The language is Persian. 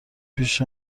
پیش